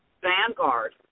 vanguard